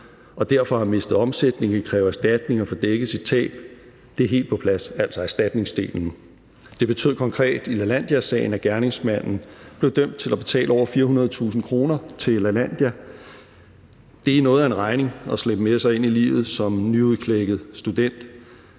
og derfor har mistet omsætning, kan kræve erstatning og få dækket sit tab – det er helt på plads, altså erstatningsdelen. Det betød konkret i Lalandiasagen, at gerningsmanden blev dømt til at betale over 400.000 kr. til Lalandia. Det er noget af en regning at slæbe med sig ind i livet som nyudklækket student.